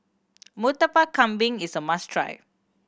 Murtabak Kambing is a must try